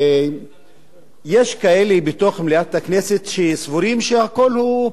יש כאלה בתוך מליאת הכנסת שסבורים שהכול פוליטי,